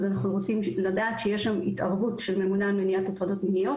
אז אנחנו רוצים לדעת שיש שם התערבות של הממונה על הטרדות מיניות